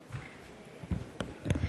למניינם.